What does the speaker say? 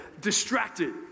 Distracted